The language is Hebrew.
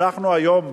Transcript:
אנחנו היום,